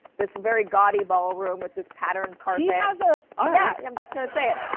this very gaudy ballroom with this patterned carpet. he has a all right. yeah, i'm just gonna say it.